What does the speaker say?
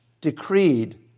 decreed